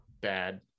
bad